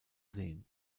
sehen